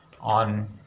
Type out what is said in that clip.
on